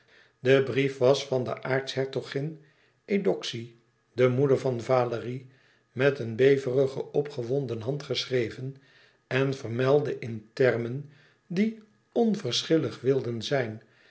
de brief was van de aartshertogin eudoxie de moeder van valérie met eene beverige opgewonden hand geschreven en vermeldde in termen die onverschillig wilden zijn